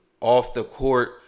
off-the-court